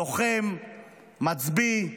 לוחם, מצביא,